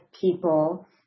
people